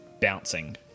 bouncing